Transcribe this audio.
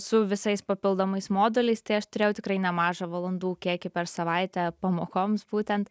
su visais papildomais moduliais tai aš turėjau tikrai nemažą valandų kiekį per savaitę pamokoms būtent